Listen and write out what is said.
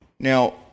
Now